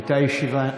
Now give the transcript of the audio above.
הייתה ישיבה.